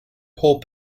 pole